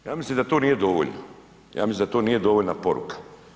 Ja mislim da to nije dovoljno, ja mislim da to nije dovoljna poruka.